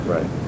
Right